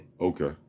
Okay